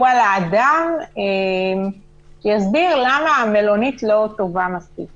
על האדם ועליו להסביר למה המלונית לא טובה מספיק